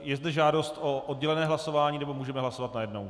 Je zde žádost o oddělené hlasování, nebo můžeme hlasovat najednou?